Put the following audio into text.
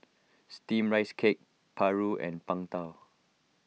Steamed Rice Cake Paru and Png Tao